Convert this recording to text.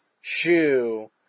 shoe